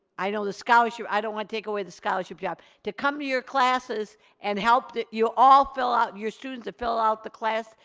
i know the scholarship, i don't want to take away the scholarship job, to come to your classes and help you all fill out, your students to fill out the class,